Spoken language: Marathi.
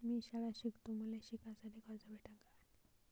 मी शाळा शिकतो, मले शिकासाठी कर्ज भेटन का?